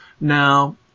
Now